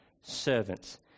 Servants